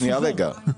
נכון.